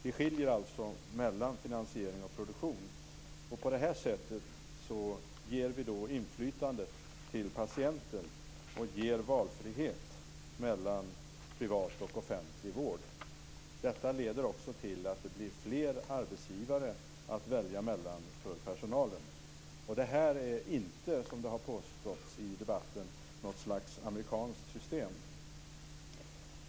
Vi skiljer alltså mellan finansiering och produktion. På det sättet ger vi inflytande till patienten. Vi ger valfrihet mellan privat och offentlig vård. Detta leder också till att det blir fler arbetsgivare att välja mellan för personalen. Detta är inte, som det har påståtts i debatten, något slags amerikanskt system.